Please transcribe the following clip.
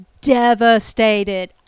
Devastated